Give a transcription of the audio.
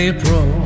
April